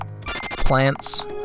...plants